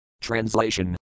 Translation